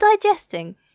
digesting